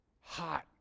Hot